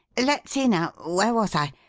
let's see, now, where was i?